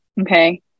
Okay